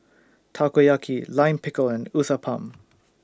Takoyaki Lime Pickle and Uthapam